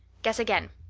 guess again.